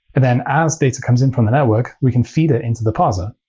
then as data comes in from the network, we can feed it into the parser.